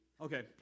Okay